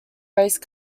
race